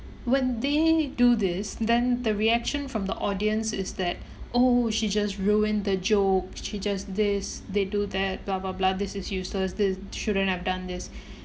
when they do this then the reaction from the audience is that oh she just ruined the joke she just this they do that blah blah blah this is useless this shouldn't have done this